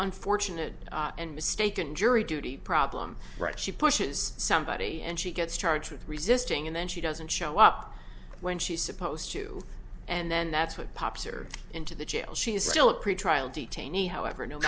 unfortunate and mistaken jury duty problem right she pushes somebody and she gets charged with resisting and then she doesn't show up when she's supposed to and then that's what pops are into the jail she is still a pretrial detainee however n